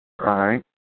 right